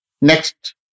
Next